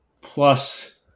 plus